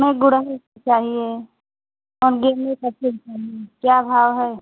नहीं गुड़हल के चाहिए और गेंदे का फूल चाहिए क्या भाव है